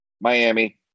Miami